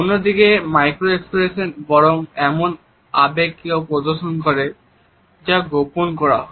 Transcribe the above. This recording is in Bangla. অন্যদিকে মাইক্রো এক্সপ্রেশন বরং এমন আবেগকে প্রদর্শন করে যা গোপন করা হয়